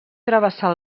travessar